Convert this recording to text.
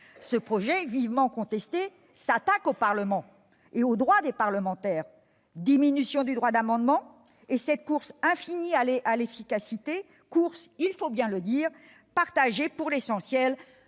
Ce projet, vivement contesté, s'attaque au Parlement et aux droits des parlementaires la diminution du droit d'amendement et une course infinie à l'efficacité, démarche partagée pour l'essentiel,